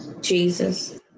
Jesus